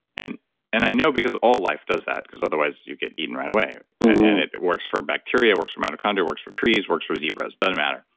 and and i know because all life does that because otherwise you get eaten right away it it works for bacteria, works for mitochondria, works for trees, works for zebras, doesn't matter.